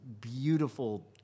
beautiful